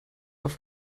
auf